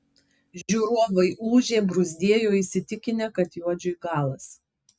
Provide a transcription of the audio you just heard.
žiūrovai ūžė bruzdėjo įsitikinę kad juodžiui galas